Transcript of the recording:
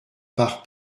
par